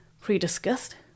pre-discussed